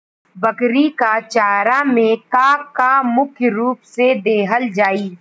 बकरी क चारा में का का मुख्य रूप से देहल जाई?